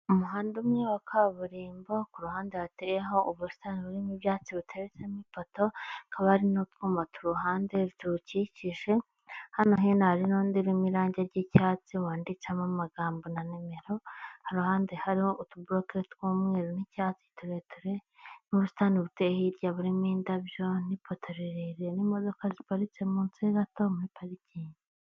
Umuhanda umwe wa kaburimbo ku ruhande hateyeho ubusitani burimo ibyatsi biteretsemo ipoto hakaba hari n'utwuma ku ruhande tuwukikije, hano hino hari n'undi urimo irange ry'icyatsi wanditsemo amagambo na nimero ku ruhande hariho utuburoke tw'umweru n'icyatsi turetare n'ubusitani buteye hirya burimo indabyo n'ipota rirerire n'imodoka ziparitse munsi gato muri parikingi.